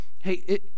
hey